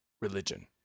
religion